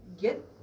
Get